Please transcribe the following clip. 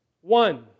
One